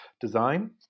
design